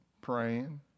praying